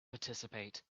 participate